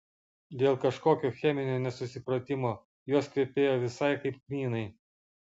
dėl kažkokio cheminio nesusipratimo jos kvepėjo visai kaip kmynai